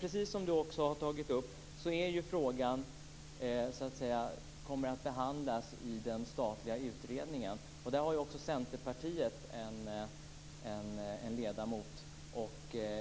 Precis som Rigmor Stenmark säger kommer denna fråga att behandlas i den statliga utredningen. Där har också Centerpartiet en ledamot.